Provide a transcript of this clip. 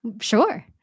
sure